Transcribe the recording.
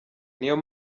niyo